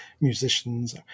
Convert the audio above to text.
musicians